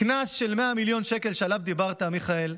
קנס של 100 מיליון שקל, שעליו דיברת, מיכאל,